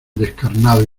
descarnado